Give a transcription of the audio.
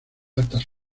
altas